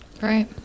Right